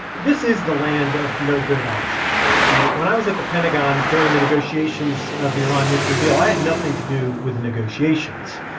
this is the land of no good options, right? when i was at the pentagon during the negotiations of the iran nuclear deal, i had nothing to do with the negotiations.